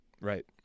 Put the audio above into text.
Right